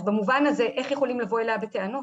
אז במובן הזה, איך יכולים לבוא אליה בטענות?